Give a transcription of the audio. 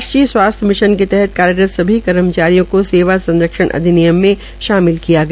राष्ट्रीय स्वास्थ्य मिशन के तहत कार्यरत सभी कर्मचारियों को सेवाएं संरक्षण अधिनियम में शामिल किया गया